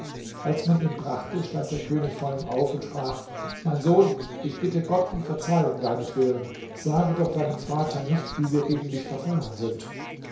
als man ihn brachte stand der könig vor ihm auf und sprach mein sohn ich bitte gott um verzeihung deinetwillen sage doch deinem vater nicht wie wir gegen dich verfahren sind